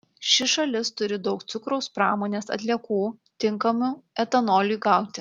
ši šalis turi daug cukraus pramonės atliekų tinkamų etanoliui gauti